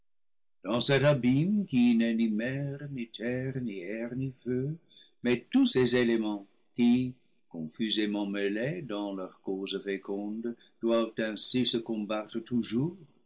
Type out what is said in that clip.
feu mais tous ces éléments qui confusément mêlés dans leurs causes fécondes doivent ainsi se combattre toujours